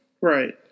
Right